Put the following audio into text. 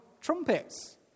trumpets